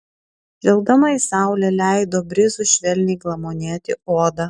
žvelgdama į saulę leido brizui švelniai glamonėti odą